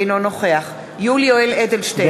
אינו נוכח יולי יואל אדלשטיין,